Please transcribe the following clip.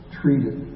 treated